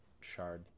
shard